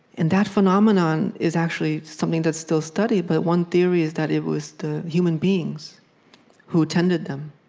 and that phenomenon is actually something that's still studied, but one theory is that it was the human beings who tended them